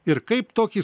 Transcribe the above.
ir kaip tokį